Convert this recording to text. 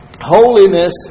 Holiness